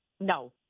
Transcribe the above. No